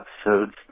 episodes